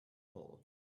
hall